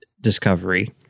Discovery